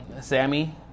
Sammy